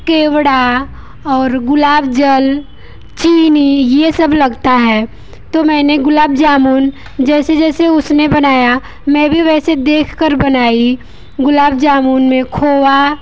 केवड़ा और गुलाब जल चीनी ये सब लगता है तो मैंने गुलाब जामुन जैसे जैसे उसने बनाया मैं भी वैसे देख कर बनाई गुलाब जामुन में खोवा